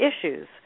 issues